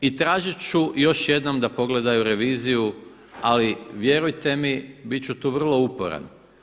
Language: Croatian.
I tražit ću još jednom da pogledaju reviziju, ali vjerujte mi bit ću tu vrlo uporan.